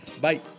Bye